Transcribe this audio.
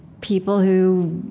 people who